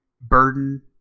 Burden